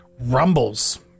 rumbles